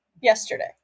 yesterday